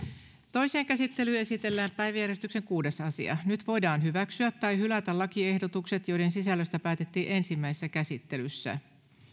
toiseen käsittelyyn esitellään päiväjärjestyksen kuudes asia nyt voidaan hyväksyä tai hylätä lakiehdotukset joiden sisällöstä päätettiin ensimmäisessä käsittelyssä